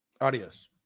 Adios